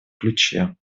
ключе